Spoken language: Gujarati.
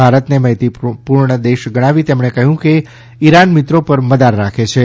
ભારતને મૈત્રીપૂર્ણ દેશ ગણાવી તેમણે કહ્યું કે ઈરાન મિત્રો પર મદાર રાખે છે